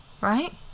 right